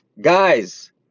Guys